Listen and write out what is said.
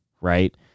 Right